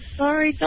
sorry